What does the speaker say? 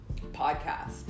podcast